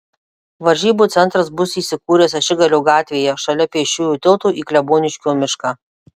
varžybų centras bus įsikūręs ašigalio gatvėje šalia pėsčiųjų tilto į kleboniškio mišką